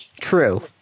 True